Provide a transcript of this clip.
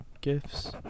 gifts